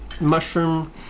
mushroom